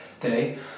today